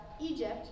Egypt